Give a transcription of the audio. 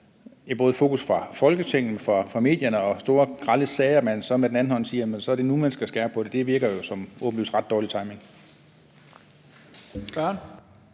er et fokus fra Folketinget og fra medierne på store grelle sager, er det mærkeligt, at man så med den anden hånd siger: Så er det nu, man skal skære i det. Det virker jo åbenlyst som ret dårlig timing.